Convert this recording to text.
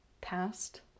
past